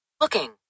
Looking